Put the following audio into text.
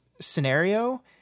scenario